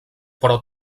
però